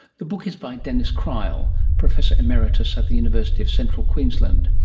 the book is by denis cryle, professor emeritus at the university of central queensland.